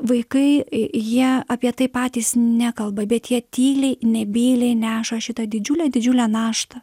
vaikai jie apie tai patys nekalba bet jie tyliai nebyliai neša šitą didžiulę didžiulę naštą